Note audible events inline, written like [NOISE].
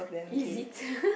is it [LAUGHS]